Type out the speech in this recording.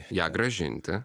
ją grąžinti